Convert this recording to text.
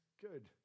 good